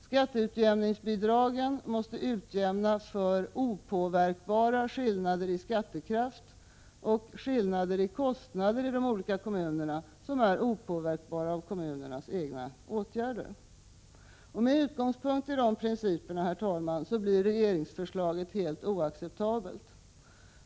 Skatteutjämningsbidragen måste utjämnas för opåverkbara skillnader i skattekraft och kostnadsskillnader som är opåverkbara när det gäller kommunernas egna åtgärder. Med utgångspunkt i dessa principer blir regeringens förslag helt oacceptabelt.